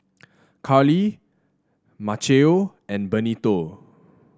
Karlie Maceo and Benito